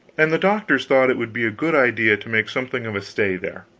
and the doctors thought it would be a good idea to make something of a stay there.